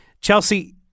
Chelsea